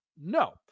No